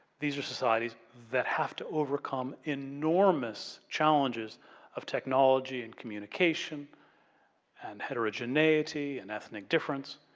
these are societies that have to overcome enormous challenges of technology and communication and heterogeneity, and ethnic difference.